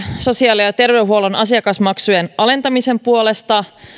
sosiaali ja terveydenhuollon asiakasmaksujen alentamisen puolesta